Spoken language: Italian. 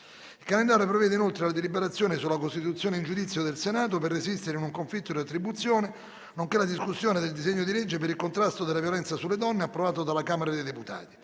Il calendario prevede inoltre la deliberazione sulla costituzione in giudizio del Senato per resistere in un conflitto di attribuzione, nonché la discussione del disegno di legge per il contrasto della violenza sulle donne, approvato dalla Camera dei deputati.